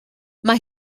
mae